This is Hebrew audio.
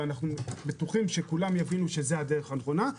ואנחנו בטוחים שכולם יבינו שזאת הדרך הנכונה.